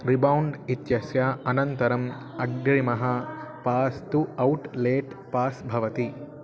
rebound इत्यस्य अनन्तरम् अग्रिमः पास् तु औट् लेट् पास् भवति